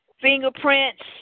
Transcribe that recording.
fingerprints